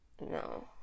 No